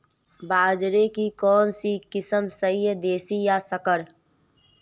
बाजरे की कौनसी किस्म सही हैं देशी या संकर?